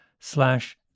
Slash